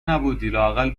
نبودی٬لااقل